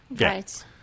Right